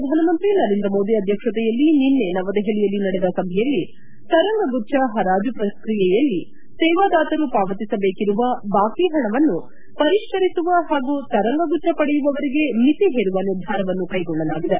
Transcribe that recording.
ಪ್ರಧಾನಮಂತ್ರಿ ನರೇಂದ್ರ ಮೋದಿ ಅಧ್ಯಕ್ಷತೆಯಲ್ಲಿ ನಿನ್ನೆ ನವದೆಹಲಿಯಲ್ಲಿ ನಡೆದ ಸಭೆಯಲ್ಲಿ ತರಂಗಗುಳ್ಲ ಹರಾಜು ಪ್ರಕ್ರಿಯೆಯಲ್ಲಿ ಸೇವಾದಾತರು ಪಾವತಿಸಬೇಕಿರುವ ಬಾಕಿ ಹಣವನ್ನು ಪರಿಷ್ಠರಿಸುವ ಹಾಗೂ ತರಂಗಗುಚ್ದ ಪಡೆಯುವವರಿಗೆ ಮಿತಿ ಹೇರುವ ನಿರ್ಧಾರವನ್ನು ಕೈಗೊಳ್ಳಲಾಗಿದೆ